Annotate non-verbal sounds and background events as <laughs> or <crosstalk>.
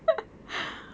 <laughs>